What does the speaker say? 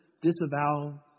disavow